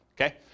okay